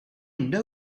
know